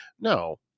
No